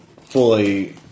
fully